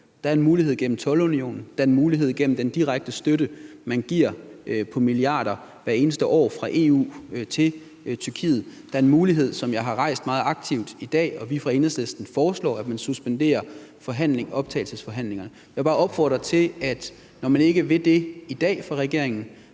Der er en mulighed gennem toldunionen, der er en mulighed gennem den direkte støtte på milliarder, man giver hvert eneste år fra EU's side til Tyrkiet. Der er en mulighed, som jeg har nævnt flere gange i dag, og som vi fra Enhedslisten foreslår, nemlig at man suspenderer optagelsesforhandlingerne. Når man ikke vil det i dag fra regeringens